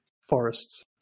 forests